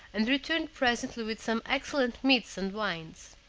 and returned presently with some excellent meats and wines.